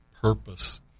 purpose